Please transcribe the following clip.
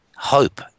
Hope